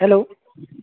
hello